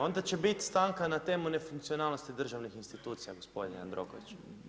Onda će biti stanka na temu nefunkcionalnosti državnih institucija gospodine Jandroković.